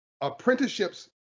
apprenticeships